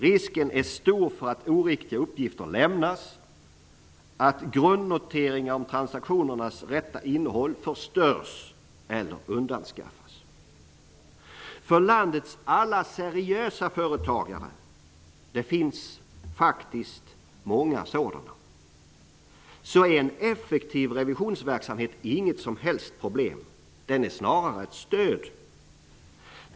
Risken är stor för att oriktiga uppgifter lämnas och att grundnoteringar om transaktionernas rätta innehåll förstörs eller undanskaffas. För landets alla seriösa företagare -- det finns faktiskt många sådana -- är en effektiv revisionsverksamhet inget som helst problem. Den är snarare ett stöd.